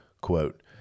quote